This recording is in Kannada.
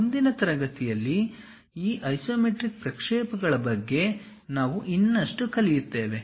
ಮುಂದಿನ ತರಗತಿಯಲ್ಲಿ ಈ ಐಸೊಮೆಟ್ರಿಕ್ ಪ್ರಕ್ಷೇಪಗಳ ಬಗ್ಗೆ ನಾವು ಇನ್ನಷ್ಟು ಕಲಿಯುತ್ತೇವೆ